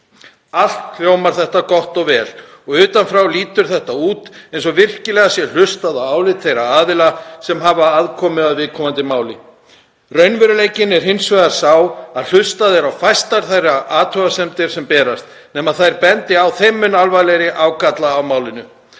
Allt hljómar þetta vel og utan frá lítur þetta út eins og virkilega sé hlustað á álit þeirra aðila sem hafa aðkomu að viðkomandi máli. Raunveruleikinn er hins vegar sá að hlustað er á fæstar athugasemdir þeirra sem berast nema þeir bendi á þeim mun alvarlegri ágalla á málinu.